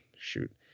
shoot